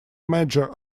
major